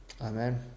Amen